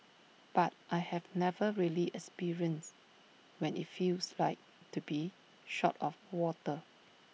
but I have never really experienced when IT feels like to be short of water